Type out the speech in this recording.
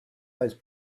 those